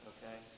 Okay